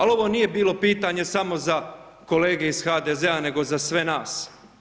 Al ovo nije bilo pitanje samo za kolege iz HDZ-a, nego za sve nas.